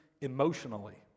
emotionally